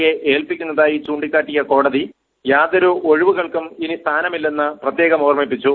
യെ ഏൽപ്പിച്ചിരിക്കുന്നതായി ചൂണ്ടിക്കാട്ടിയ കോടതി യാതൊരു ഒഴികഴിവുകൾക്കും ഇനി സ്ഥാനമില്ലെന്ന് പ്രത്യേക ഓർമ്മിപ്പിച്ചു